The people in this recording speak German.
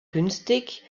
günstig